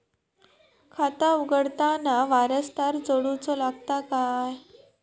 खाता उघडताना वारसदार जोडूचो लागता काय?